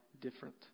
different